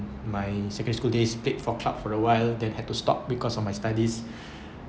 my secondary school days played for club for awhile than had to stop because of my studies